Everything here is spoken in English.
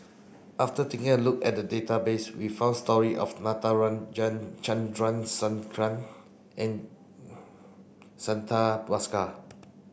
after taking a look at database we found story of Natarajan Chandrasekaran and Santha Bhaskar